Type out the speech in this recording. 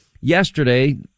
yesterday